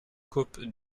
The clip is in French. coupes